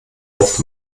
auf